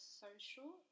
social